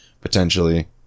potentially